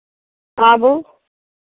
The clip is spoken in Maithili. आबू